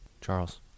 Charles